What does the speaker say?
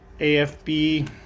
AFB